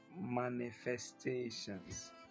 manifestations